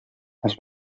has